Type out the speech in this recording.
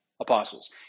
apostles